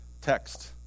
text